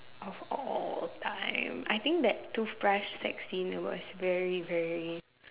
of all time I think that toothbrush vaccine was very very